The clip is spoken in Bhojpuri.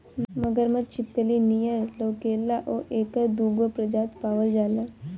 मगरमच्छ छिपकली नियर लउकेला आ एकर दूगो प्रजाति पावल जाला